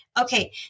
Okay